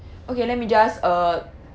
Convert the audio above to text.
okay let me just uh